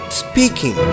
speaking